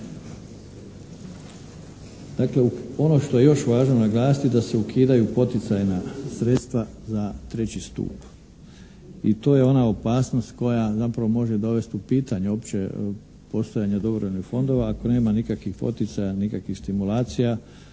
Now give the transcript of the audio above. Dakle ono što je još važno naglasiti da se ukidaju poticajna sredstva za treći stup. I to ja ona opasnost koja zapravo može dovesti u pitanje opće postojanje dobrovoljnih fondova ako nema nikakvih poticaja, nikakvih stimulacija,